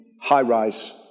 high-rise